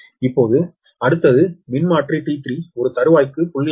இப்போது அடுத்தது மின்மாற்றி T3 ஒரு தறுவாய்க்கு 6